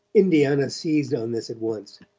indiana seized on this at once.